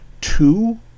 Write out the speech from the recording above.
two